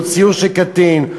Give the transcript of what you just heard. או ציור של קטין,